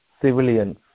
civilians